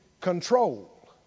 control